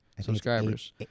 subscribers